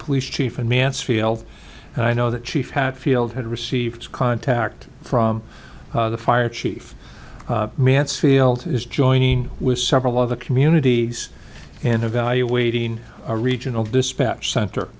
police chief in mansfield and i know that chief hatfield had received contact from the fire chief mansfield is joining with several other communities and evaluating a regional dispatch center